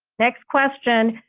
next question.